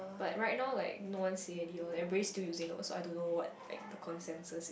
but right now like no one say already orh everyone still using no so I don't know what's like the consensus is